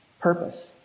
purpose